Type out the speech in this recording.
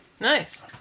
Nice